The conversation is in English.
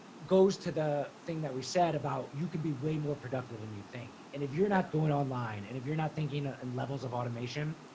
goes to the thing that we said about you can be way more productive than and you think. and if you're not doing online and if you're not thinking in levels of automation,